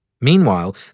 Meanwhile